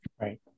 Right